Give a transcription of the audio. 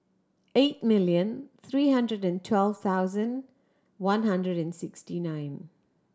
eight million three hundred and twelve thousand one hundred and sixty nine